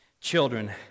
Children